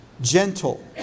Gentle